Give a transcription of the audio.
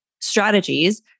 strategies